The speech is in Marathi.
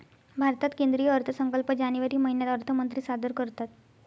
भारतात केंद्रीय अर्थसंकल्प जानेवारी महिन्यात अर्थमंत्री सादर करतात